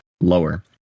lower